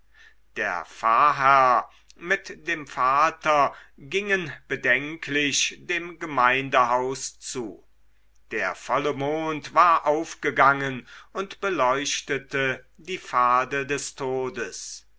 der pfarrherr mit dem vater gingen bedenklich dem gemeindehause zu der volle mond war aufgegangen und beleuchtete die pfade des todes